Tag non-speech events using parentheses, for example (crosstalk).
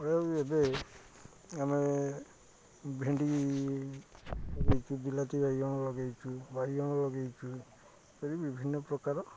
(unintelligible) ଏବେ ଆମେ ଭେଣ୍ଡି ଲଗାଇଛୁ ବିଲାତି ବାଇଗଣ ଲଗାଇଛୁ ବାଇଗଣ ଲଗାଇଛୁ ଏପରି ବିଭିନ୍ନ ପ୍ରକାର